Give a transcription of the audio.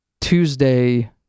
Tuesday